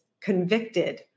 convicted